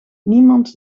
niemand